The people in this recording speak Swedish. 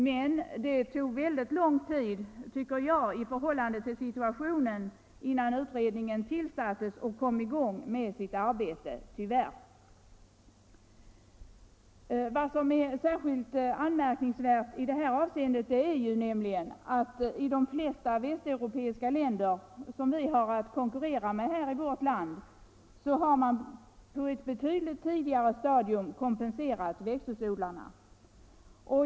Men det tog tyvärr väldigt lång tid, tycker jag, i förhållande till situationens allvar innan utredningen tillsattes och kom i gång med sitt arbete. Vad som är särskilt anmärkningsvärt i det här avseendet är att i de flesta västeuropeiska länder som vi har att konkurrera med i vårt land har man på ett betydligt tidigare stadium kompenserat växthusodlarna.